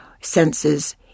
senses